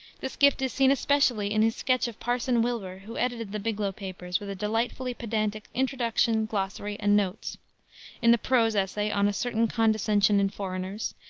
this gift is seen especially in his sketch of parson wilbur, who edited the biglow papers with a delightfully pedantic introduction, glossary, and notes in the prose essay on a certain condescension in foreigners,